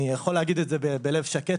אני יכול להגיד את זה בלב שקט,